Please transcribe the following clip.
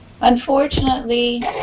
Unfortunately